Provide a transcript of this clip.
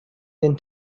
den